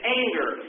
anger